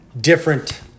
different